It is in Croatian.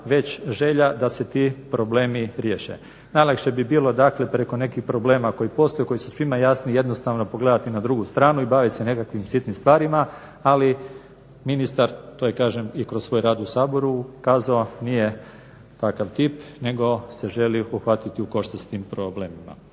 već želja da se ti problemi riješe. Najlakše bi bilo dakle preko nekih problema koji postoje koji su svima jasni jednostavno pogledati na drugu stranu i bavit se nekakvim sitnim stvarima, ali ministar kažem i kroz svoj rad u Saboru kazao nije takav tip nego se želi uhvatiti u koštac s tim problemima.